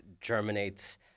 germinates